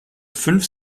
fünf